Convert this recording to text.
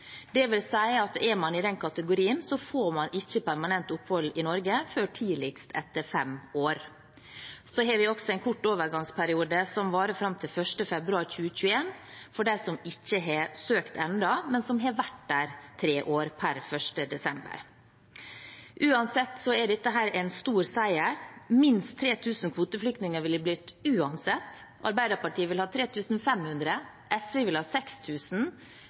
at er man i den kategorien, får man ikke permanent opphold i Norge før tidligst etter fem år. Så har vi også en kort overgangsperiode som varer fram til 1. februar 2021, for dem som ikke har søkt ennå, men som har vært her i tre år per 1. desember. Uansett er dette en stor seier. Minst 3 000 kvoteflyktninger ville det blitt uansett. Arbeiderpartiet vil ha 3 500, SV vil ha